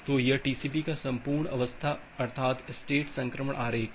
तो यह टीसीपी का संपूर्ण अवस्था अर्थात स्टेट संक्रमण आरेख है